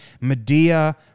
Medea